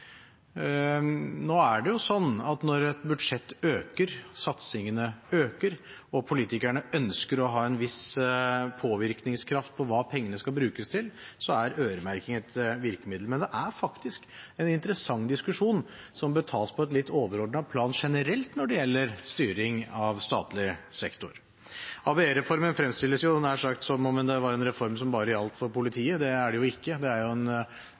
Nå er det jo sånn at når et budsjett øker satsingene og politikerne ønsker å ha en viss påvirkningskraft på hva pengene skal brukes til, er øremerking et virkemiddel. Men det er faktisk en interessant diskusjon som bør tas på et litt overordnet plan generelt når det gjelder styring av statlig sektor. ABE-reformen fremstilles nær sagt som om det var en reform som bare gjaldt for politiet. Det er det ikke, det er en